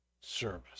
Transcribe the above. service